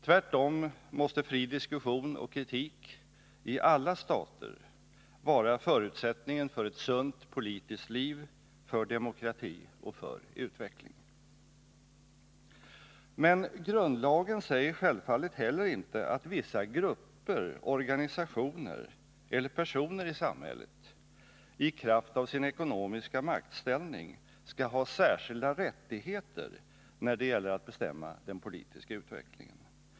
Tvärtom måste i alla stater fri diskussion och kritik vara förutsättningen för ett sunt politiskt liv, för demokrati och för utveckling. Men grundlagen säger självfallet heller inte att vissa grupper, organisationer eller personer i samhället i kraft av sin ekonomiska maktställning skall ha särskilda rättigheter när det gäller att bestämma den politiska utvecklingen.